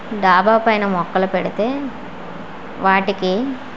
డాబా పైన మొక్కలు పెడితే వాటికి